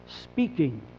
Speaking